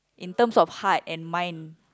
in terms of heart and mind